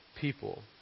people